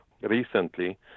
recently